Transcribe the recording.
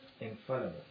infallible